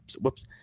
whoops